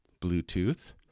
Bluetooth